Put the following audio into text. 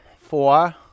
Four